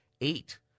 eight